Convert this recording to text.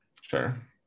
Sure